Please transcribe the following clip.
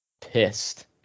pissed